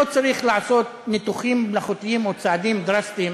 לא צריך לעשות ניתוחים מלאכותיים או צעדים דרסטיים